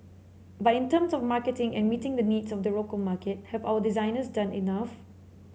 but in terms of marketing and meeting the needs of the local market have our designers done enough